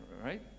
right